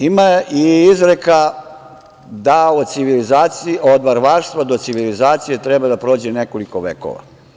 Ima i izreka - da od varvarstva do civilizacije treba da prođe nekoliko vekova.